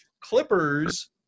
clippers